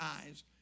eyes